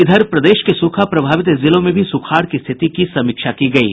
इधर प्रदेश के सूखा प्रभावित जिलों में भी सूखाड़ की स्थिति की समीक्षा की गयी